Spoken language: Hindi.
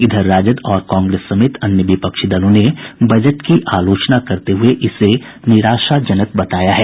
इधर राजद और कांग्रेस समेत अन्य विपक्षी दलों ने बजट की आलोचना करते हुये इसे निराशाजनक बताया है